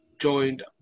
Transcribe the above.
joined